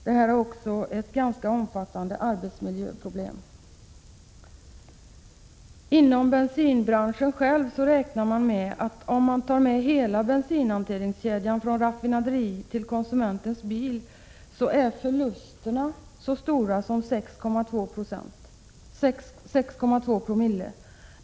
Det är också ett ganska omfattande arbetsmiljöproblem. Inom bensinbranschen räknar man med att om hela bensinhanteringskedjan tas med, från raffinaderi till konsumentens bil, är förlusterna så stora som 6,2 oo.